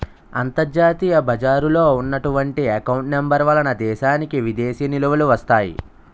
అంతర్జాతీయ బజారులో ఉన్నటువంటి ఎకౌంట్ నెంబర్ వలన దేశానికి విదేశీ నిలువలు వస్తాయి